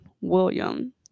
William